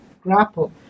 grapple